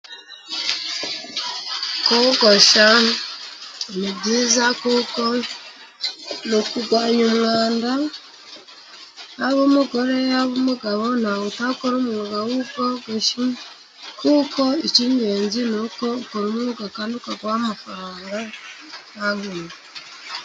Kogosha ni byiza kuko ni ukurwanya umwanda, yaba umugore , yaba umugabo ntawutakora umwuga w' ubwogoshi, kuko icy' ingenzi ni uko ukora umwuga kandi ukaguha amafaranga nta nkomyi.